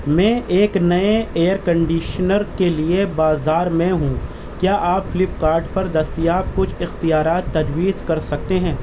میں ایک نئے ایئر کنڈیشنر کے لیے بازار میں ہوں کیا آپ فلپ کارٹ پر دستیاب کچھ اختیارات تجویز کر سکتے ہیں